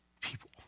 people